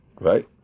Right